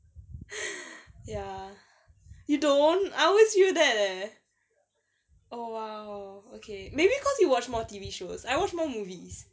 ya you don't I always feel that leh oh !wow! okay maybe cause you watch more T_V shows I watch movies